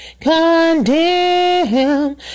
condemn